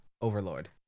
Overlord